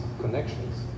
connections